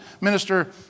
Minister